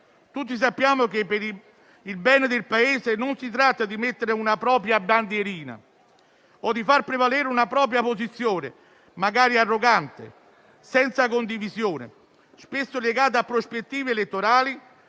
Tutti sappiamo che, per il bene del Paese, non si tratta di mettere una propria bandierina o di far prevalere una propria posizione, magari arrogante, senza condivisione, spesso legata a prospettive elettorali